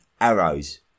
arrows